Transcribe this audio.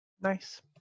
nice